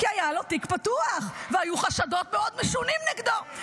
כי היה לו תיק פתוח והיו חשדות מאוד משונים נגדו.